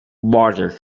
water